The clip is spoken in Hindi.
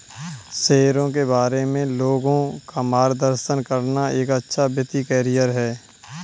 शेयरों के बारे में लोगों का मार्गदर्शन करना एक अच्छा वित्तीय करियर है